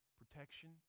protection